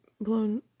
blown